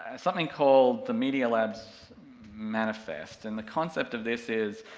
ah something called the media lab's manifest, and the concept of this is,